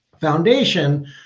foundation